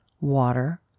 water